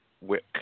wick